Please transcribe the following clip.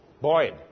Boyd